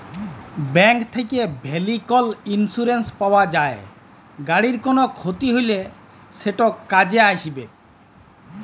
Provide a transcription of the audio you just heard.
bank থ্যাকে vehicle insurance পাউয়া যায়, গাড়ির কল খ্যতি হ্যলে সেট কাজে আইসবেক